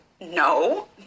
no